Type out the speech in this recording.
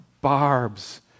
barbs